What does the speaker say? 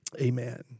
Amen